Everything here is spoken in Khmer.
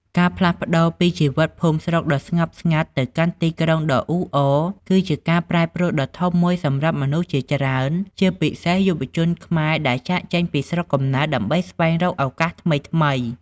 ការផ្លាស់ប្តូរពីជីវិតភូមិស្រុកដ៏ស្ងប់ស្ងាត់ ទៅកាន់ទីក្រុងដ៏អ៊ូអរ គឺជាការប្រែប្រួលដ៏ធំមួយសម្រាប់មនុស្សជាច្រើន ជាពិសេសយុវជនខ្មែរដែលចាកចេញពីស្រុកកំណើតដើម្បីស្វែងរកឱកាសថ្មីៗ។